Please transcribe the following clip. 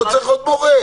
לא צריך עוד מורה.